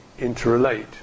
interrelate